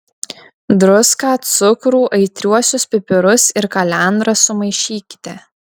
druską cukrų aitriuosius pipirus ir kalendras sumaišykite